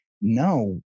no